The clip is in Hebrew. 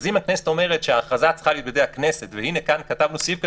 אם הכנסת אומרת שההכרזה צריכה להיות בידי הכנסת וכאן כתבנו סעיף כזה,